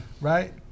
Right